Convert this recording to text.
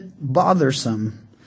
bothersome